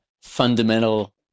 fundamental